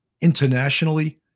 internationally